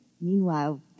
Meanwhile